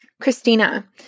Christina